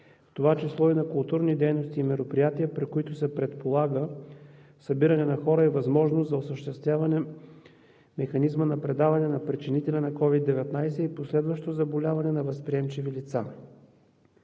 това число и на културни дейности и мероприятия, при които се предполага събиране на хора, възможност за осъществяване механизма на предаване на причинителя на COVID-19 и последващо заболяване на възприемчиви лица.